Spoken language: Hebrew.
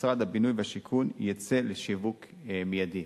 משרד הבינוי והשיכון יצא לשיווק מיידי.